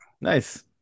Nice